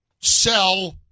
sell